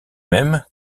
mêmes